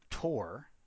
tour